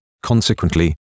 Consequently